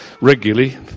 regularly